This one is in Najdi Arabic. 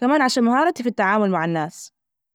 كمان عشان مهارتي في التعامل مع الناس.